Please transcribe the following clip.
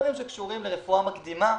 דברים שקשורים לרפואה מקדימה.